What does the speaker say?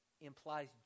implies